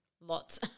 Lots